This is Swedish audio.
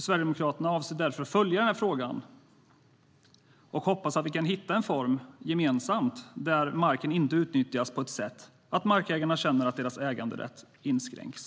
Sverigedemokraterna avser därför att följa frågan och hoppas att vi gemensamt kan hitta en form där marken inte utnyttjas på ett sådant sätt att markägarna behöver känna att deras äganderätt inskränks.